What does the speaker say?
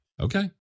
okay